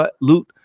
loot